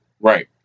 right